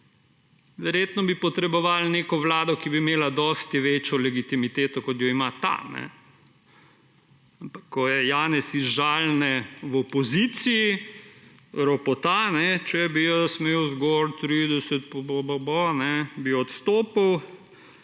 verjetno bi potrebovali neko vlado, ki bi imela dosti večjo legitimiteto kot jo ima ta, ampak, ko Janez iz žalne v opoziciji ropota: »če bi jaz imel zgolj 30 itd,